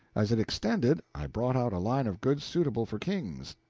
as it extended, i brought out a line of goods suitable for kings,